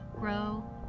grow